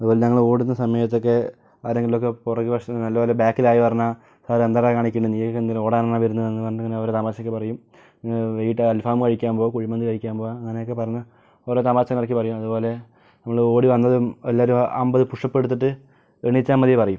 അതുപോലെത്തന്നെ ഞങ്ങൾ ഓടുന്ന സമയത്തൊക്കെ ആരെങ്കിലുമൊക്കെ പുറകു വശത്ത് നല്ലപോലെ ബാക്കിൽ ആയി പറഞ്ഞാൽ അവരെന്താടാ കാണിക്കുന്നത് നീയൊക്കെ എന്തിനാ ഓടാൻ എന്ന് പറഞ്ഞിട്ട് ഇങ്ങനെ ഓരോ തമാശ ഒക്കെ പറയും പിന്നെ വൈകീട്ട് അൽഫാം കഴിക്കാൻ പോകും കുഴിമന്തി കഴിക്കാൻ പോവുക അങ്ങനെയൊക്കെ പറഞ്ഞ് ഓരോ തമാശകൾ ഇടയ്ക്ക് പറയും അതുപോലെ നമ്മൾ ഓടി വന്നതും എല്ലാവരും അമ്പത് പുഷ്അപ്പ് എടുത്തിട്ട് എണീച്ചാൽ മതി പറയും